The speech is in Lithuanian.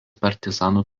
partizanų